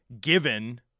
given